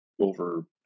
over